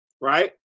right